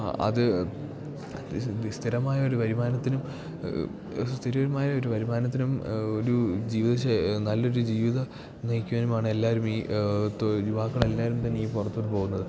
അത് ഇതല്ലേ സ്ഥിരമായൊര് വരുമാനത്തിനും സ്ഥിരമായൊരു വരുമാനത്തിനും ഒരു ജീവിതശൈ നല്ലൊരു ജീവിതം നയിക്കാനുമൊക്കെ എല്ലാവരും ഈ യുവാക്കളെല്ലാരും തന്നെ ഈ പുറത്തോട്ട് പോകുന്നത്